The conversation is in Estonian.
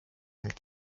ning